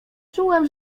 czułem